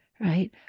right